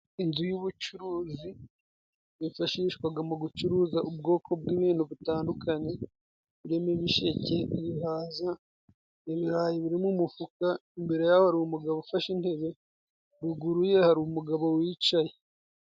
Inzu y'ubucuruzi yifashishwaga mu gucuruza ubwoko bw'ibintu bitandukanye， birimo ibisheke，ibihaza， ibirayi biri mu umufuka， imbere yaho hari umugabo ufashe indebe， ruguru ye hari umugabo wicaye.